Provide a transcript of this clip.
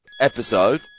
episode